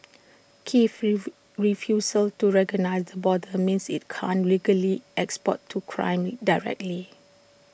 Kiev's refusal to recognise the border means IT can't legally export to Crimea directly